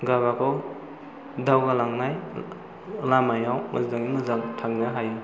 गावबागाव दावगा लांनाय लामायाव मोजाङै मोजां थांनो हायो